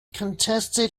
contested